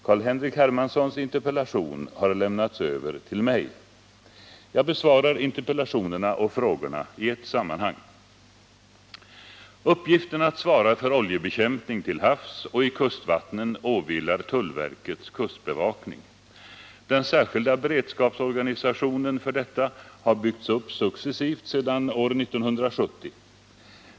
Carl-Henrik Hermanssons interpellation har lälnnats över till mig. Jag besvarar interpellationerna och frågorna i ett sammanhang. Uppgiften att svara för oljebekämpning till havs och i kustvattnen åvilar tullverkets kustbevakning. Den särskilda beredskapsorganisationen för detta har byggts upp successivt sedan år 1970.